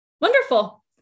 Wonderful